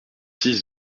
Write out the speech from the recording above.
six